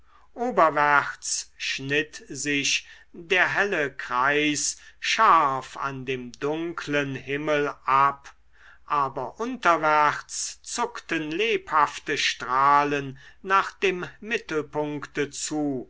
oberwärts schnitt sich der helle kreis scharf an dem dunklen himmel ab aber unterwärts zuckten lebhafte strahlen nach dem mittelpunkte zu